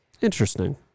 Interesting